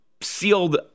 sealed